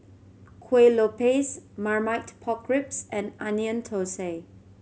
Kuih Lopes Marmite Pork Ribs and Onion Thosai